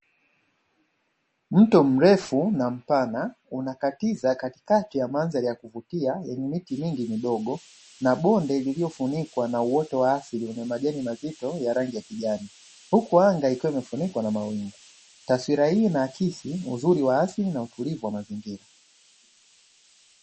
Mto mrefu na mpana unakatiza katikati ya mandhari ya kuvutia yenye miti mingi midogo na bonde lililofunikwa na uoto wa asili wenye majani mazito ya rangi kijani, huku anga ikiwa imefunikwa na mawingu. Taswira hii inaakisi uzuri wa asili na utulivu wa mazingira.